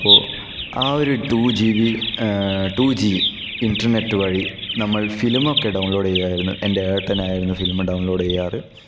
ഇപ്പോൾ ആ ഒരു two G B two G internet വഴി നമ്മൾ ഫിലിമൊക്കെ ഡൗൺലോഡ് ചെയ്യുവയിരുന്നു എന്റെ ഏട്ടനായിരുന്നു ഫിലിം ഡൗൺലോഡ് ചെയ്യാറ്